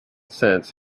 since